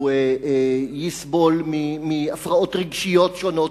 הוא יסבול מהפרעות רגשיות שונות,